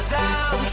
down